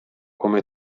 come